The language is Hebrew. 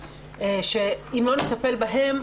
שאם לא נטפל בהן,